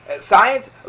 science